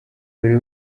buri